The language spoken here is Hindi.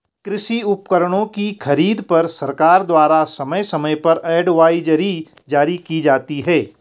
कृषि उपकरणों की खरीद पर सरकार द्वारा समय समय पर एडवाइजरी जारी की जाती है